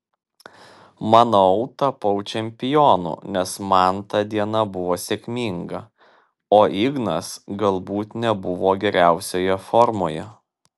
manau tapau čempionu nes man ta diena buvo sėkminga o ignas galbūt nebuvo geriausioje formoje